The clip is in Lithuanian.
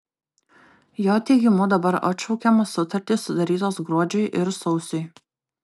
jo teigimu dabar atšaukiamos sutartys sudarytos gruodžiui ir sausiui